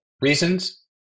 reasons